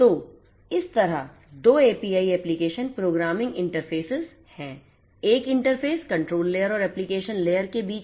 तो इस तरह 2 API एप्लिकेशन प्रोग्रामिंग इंटरफ़ेसइस है एक इंटरफ़ेस कंट्रोल लेयर और एप्लिकेशन लेयर के बीच हैं